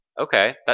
Okay